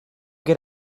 get